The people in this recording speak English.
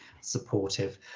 supportive